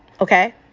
okay